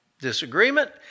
disagreement